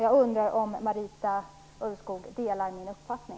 Jag undrar om Marita Ulvskog delar min uppfattning.